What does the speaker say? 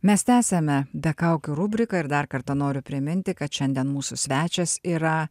mes tęsiame be kaukių rubriką ir dar kartą noriu priminti kad šiandien mūsų svečias yra